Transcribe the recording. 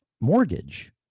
mortgage